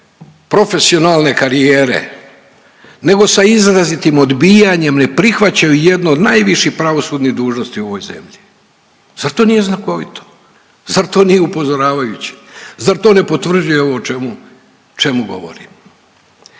profesionalne karijere nego sa izrazitim odbijanjem ne prihvaćaju jednu od najviših pravosudnih dužnosti u ovoj zemlji. Zar to nije znakovito? Zar to nije upozoravajuće? Zar to ne potvrđuje ovo o čemu, čemu govorim?